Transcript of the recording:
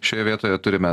šioje vietoje turime